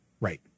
Right